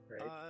right